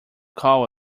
call